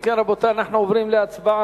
אם כן, רבותי, אנחנו עוברים להצבעה.